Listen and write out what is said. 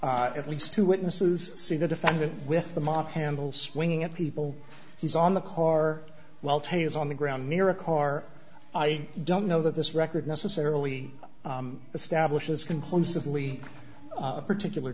at least two witnesses see the defendant with the mop handle swinging at people he's on the car while tape is on the ground near a car i don't know that this record necessarily establishes conclusively a particular